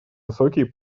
высокие